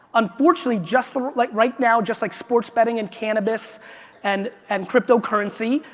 unfortunately, just ah like right now, just like sports betting and cannabis and and cryptocurrency,